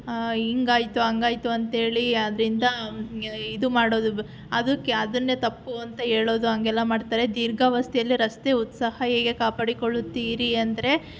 ಹೀಗಾಯ್ತು ಹಾಗಾಯ್ತು ಅಂಥೇಳಿ ಅದರಿಂದ ಇದು ಮಾಡೋದು ಅದಕ್ಕೆ ಅದನ್ನೇ ತಪ್ಪು ಅಂತ ಹೇಳೋದು ಹಾಗೆಲ್ಲಾ ಮಾಡ್ತಾರೆ ದೀರ್ಘಾವಸ್ಥೆಯಲ್ಲಿ ರಸ್ತೆ ಉತ್ಸಾಹ ಹೇಗೆ ಕಾಪಾಡಿಕೊಳ್ಳುತ್ತೀರಿ ಅಂದರೆ